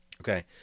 Okay